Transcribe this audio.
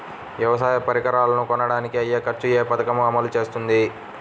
వ్యవసాయ పరికరాలను కొనడానికి అయ్యే ఖర్చు ఏ పదకము అమలు చేస్తుంది?